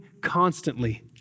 constantly